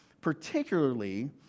particularly